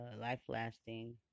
life-lasting